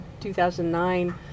2009